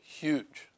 huge